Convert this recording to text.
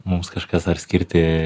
mums kažkas ar skirti